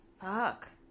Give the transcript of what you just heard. Fuck